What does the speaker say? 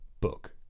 book